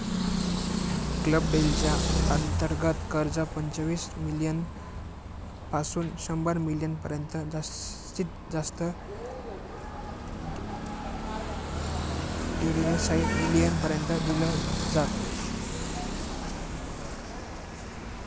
club deal च्या अंतर्गत कर्ज, पंचवीस मिलीयन पासून शंभर मिलीयन पर्यंत जास्तीत जास्त दीडशे मिलीयन पर्यंत दिल जात